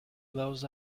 blows